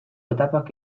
etapak